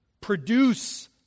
produce